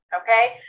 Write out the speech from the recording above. Okay